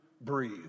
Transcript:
breathe